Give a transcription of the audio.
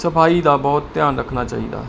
ਸਫਾਈ ਦਾ ਬਹੁਤ ਧਿਆਨ ਰੱਖਣਾ ਚਾਹੀਦਾ ਹੈ